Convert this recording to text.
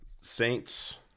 Saints